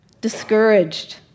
discouraged